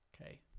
Okay